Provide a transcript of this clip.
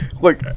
look